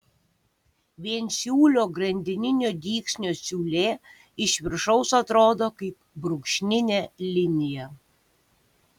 viensiūlio grandininio dygsnio siūlė iš viršaus atrodo kaip brūkšninė linija